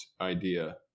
idea